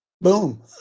Boom